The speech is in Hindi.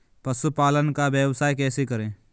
पशुपालन का व्यवसाय कैसे करें?